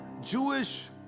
Jewish